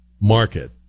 market